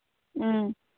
ꯎꯝ